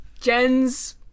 Jen's